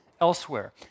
elsewhere